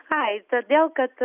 ai todėl kad